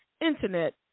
Internet